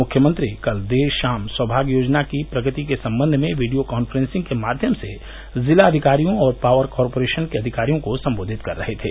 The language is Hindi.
मुख्यमंत्री कल देर शाम सौभाग्य योजना की प्रगति के सम्बन्ध में वीडियो कॉन्फ्रेंसिंग के माध्यम से जिलाविकारियों और पावर कार्पोरेशन के अधिकारियों को सम्बोधित कर रहे थे